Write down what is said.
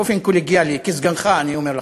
באופן קולגיאלי, כסגנך אני אומר לך: